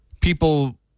people